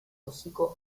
hocico